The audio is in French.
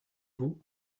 vous